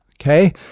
Okay